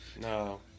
No